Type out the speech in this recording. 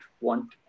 want